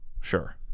sure